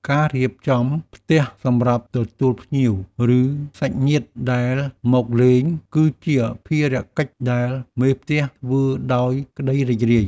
ការរៀបចំផ្ទះសម្រាប់ទទួលភ្ញៀវ ឬសាច់ញាតិដែលមកលេង គឺជាភារកិច្ចដែលមេផ្ទះធ្វើដោយក្តីរីករាយ។